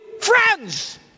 friends